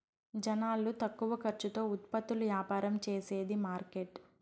జనాలు తక్కువ ఖర్చుతో ఉత్పత్తులు యాపారం చేసేది మార్కెట్